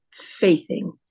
faithing